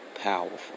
powerful